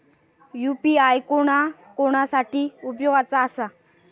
UPI कोणा कोणा साठी उपयोगाचा आसा?